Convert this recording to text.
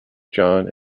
john